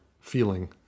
feeling